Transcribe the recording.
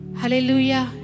Hallelujah